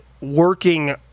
working